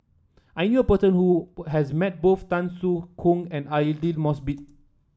I knew a person who has met both Tan Soo Khoon and Aidli Mosbit